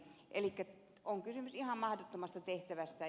elikkä on kysymys ihan mahdottomasta tehtävästä